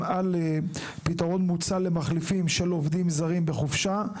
על פתרון מוצע למחליפים של עובדים זרים בחופשה,